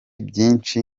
byinshi